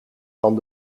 van